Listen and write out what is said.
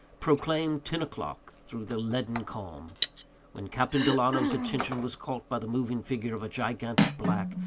proclaimed ten o'clock, through the leaden calm when captain delano's attention was caught by the moving figure of a gigantic black,